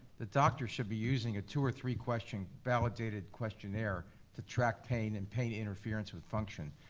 the doctor should be using a two or three question validated questionnaire to track pain and pain interference with function.